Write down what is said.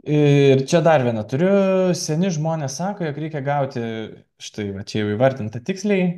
ir čia dar vieną turiu seni žmonės sako jog reikia gauti štai va čia jau įvardinta tiksliai